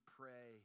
pray